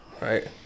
right